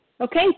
Okay